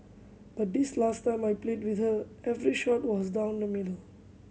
but this last time I played with her every shot was down the middle